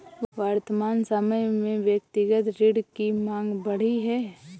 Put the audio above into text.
वर्तमान समय में व्यक्तिगत ऋण की माँग बढ़ी है